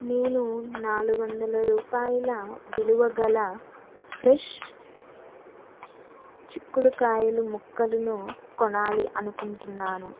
నేను నాలుగు వందల రూపాయల విలువ గల ఫ్రెష్ చిక్కుడుకాయలు ముక్కలను కొనాలి అనుకుంటున్నాను